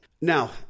Now